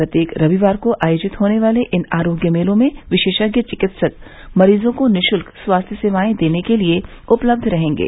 प्रत्येक रविवार को आयोजित होने वाले इन आरोग्य मेलों में विशेषज्ञ चिकित्सक मरीजों को निशुल्क स्वास्थ्य सेवाएं देने के लिए उपलब्ध रहेंगे